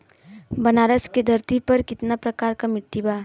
बनारस की धरती पर कितना प्रकार के मिट्टी बा?